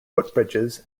footbridges